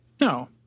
No